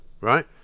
right